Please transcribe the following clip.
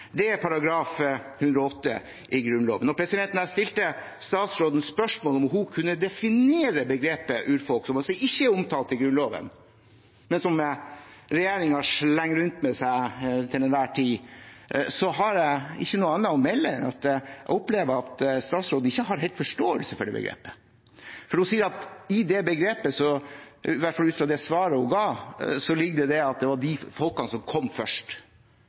Det er § 108 i Grunnloven. Jeg stilte statsråden spørsmål om hun kunne definere begrepet urfolk, som altså ikke er omtalt i Grunnloven, men som regjeringen slenger rundt seg med til enhver tid, og jeg har ikke noe annet å melde enn at jeg opplever at statsråden ikke har helt forståelse for det begrepet. Hun sier at i det begrepet, i hvert fall ut fra det svaret hun ga, ligger det at det var de folkene som kom først.